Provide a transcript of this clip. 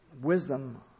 wisdom